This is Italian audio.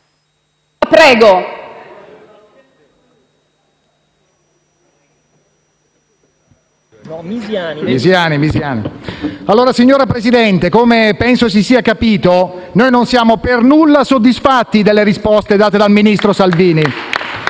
*(PD)*. Signor Presidente, come penso si sia capito, noi non siamo per nulla soddisfatti delle risposte date dal ministro Salvini.